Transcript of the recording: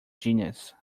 genius